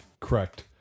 Correct